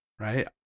right